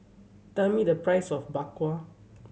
tell me the price of Bak Kwa